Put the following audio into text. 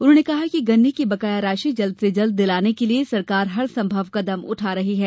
उन्होंने कहा कि गन्ने की बकाया राशि जल्द से जल्द दिलाने के लिये सरकार हर संभव कदम उठा रही है